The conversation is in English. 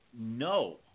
No